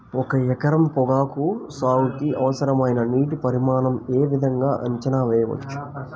ఒక ఎకరం పొగాకు సాగుకి అవసరమైన నీటి పరిమాణం యే విధంగా అంచనా వేయవచ్చు?